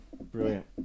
brilliant